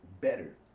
better